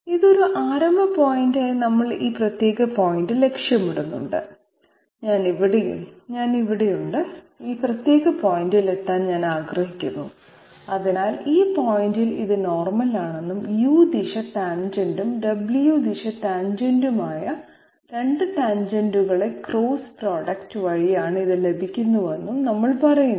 ഇതൊരു ആരംഭ പോയിന്റായി നമ്മൾ ഈ പ്രത്യേക പോയിന്റ് ലക്ഷ്യമിടുന്നു ഞാൻ ഇവിടെയുണ്ട് ഈ പ്രത്യേക പോയിന്റിൽ എത്താൻ ഞാൻ ആഗ്രഹിക്കുന്നു അതിനാൽ ഈ പോയിന്റിൽ ഇത് നോർമൽ ആണെന്നും u ദിശ ടാൻജെന്റും w ദിശ ടാൻജെന്റും ആയ 2 ടാൻജെന്റുകളൂടെ ക്രോസ് പ്രോഡക്റ്റ് വഴിയാണ് ഇത് ലഭിക്കുന്നതെന്നും നമ്മൾ പറയുന്നു